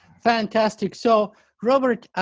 fantastic. so robert,